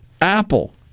Apple